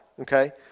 okay